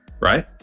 right